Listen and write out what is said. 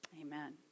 Amen